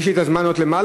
יש לי זמן לעלות למעלה?